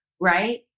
Right